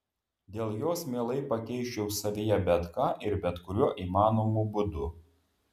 dėl jos mielai pakeisčiau savyje bet ką ir bet kuriuo įmanomu būdu